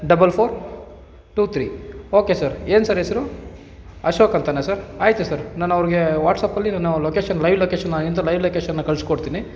double four two three okay sir ಏನು sir ಹೆಸ್ರು ಅಶೋಕ್ ಅಂತನಾ ಸರ್ ಆಯಿತು ಸರ್ ನಾನು ಅವ್ರಿಗೆ ವಾಟ್ಸಪಲ್ಲಿ ನಾನು ಲೊಕೇಶನ್ ಲೈವ್ ಲೊಕೇಶನ್ ಎಂಥ ಲೈವ್ ಲೊಕೇಶನನ್ನ ಕಳಿಸ್ಕೊಡ್ತೀನಿ